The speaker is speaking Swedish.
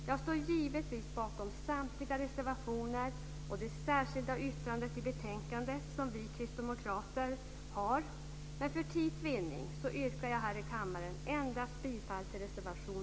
Jag står givetvis bakom samtliga reservationer och det särskilda yttrande som vi kristdemokrater har i betänkandet, men för tids vinnande yrkar jag här i kammaren bifall endast till reservation